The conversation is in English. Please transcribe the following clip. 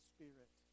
Spirit